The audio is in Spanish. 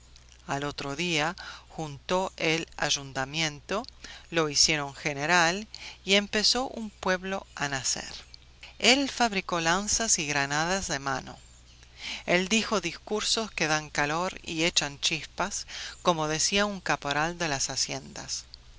al otro día juntó el ayuntamiento lo hicieron general y empezó un pueblo a nacer el fabricó lanzas y granadas de mano el dijo discursos que dan calor y echan chispas como decía un caporal de las haciendas